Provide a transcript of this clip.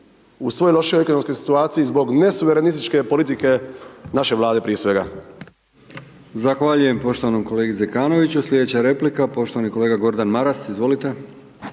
u svojoj lošijoj ekonomskoj situaciji, zbog nesuvremenističke politike naše vlade, prije svega.